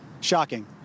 shocking